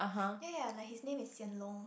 ya ya like his name is Hsien-Loong